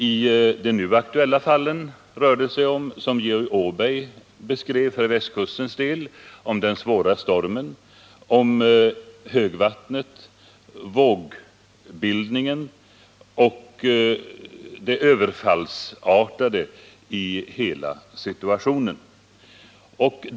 I de nu aktuella fallen rör det sig, som Georg Åberg beskrev, för västkustens del om den svåra stormen, om högvattnet, vågbildningen och det överfallsartade i hela situationen.